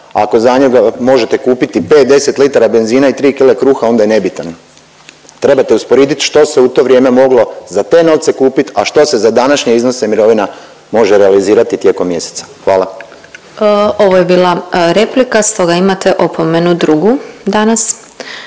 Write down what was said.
ako za njega možete kupiti 5, 10 litara benzina i 3 kile kruha onda je nebitan. Trebate usporediti što se u to vrijeme moglo za te novce kupiti a što se za današnje iznose mirovina može realizirati tijekom mjeseca. Hvala. **Glasovac, Sabina (SDP)** Hvala. Ovo je bila replika, stoga imate opomenu drugu danas.